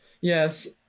Yes